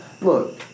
Look